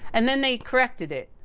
and then, they corrected it,